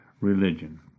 religion